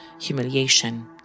humiliation